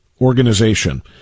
organization